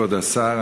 כבוד השר,